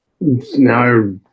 Now